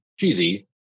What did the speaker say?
Cheesy